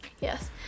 Yes